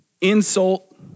insult